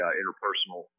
interpersonal